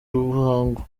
ruhango